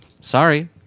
sorry